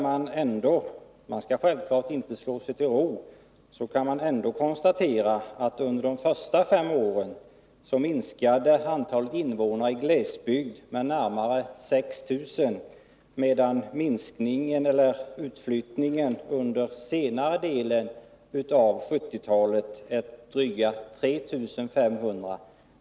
Man skall självfallet inte slå sig för bröstet, men man kan ändå konstatera att antalet invånare i glesbygden under de första fem åren på 1970-talet minskade med närmare 6 000 medan minskningen under senare delen av 1970-talet var drygt 3 500.